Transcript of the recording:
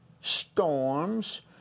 storms